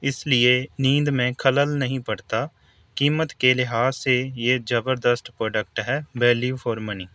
اس لیے نیند میں خلل نہیں پڑتا قیمت کے لحاظ سے یہ زبردست پروڈکٹ ہے ویلیو فار منی